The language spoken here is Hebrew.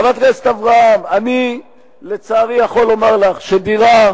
חברת הכנסת אברהם, אני לצערי יכול לומר לך שדירה,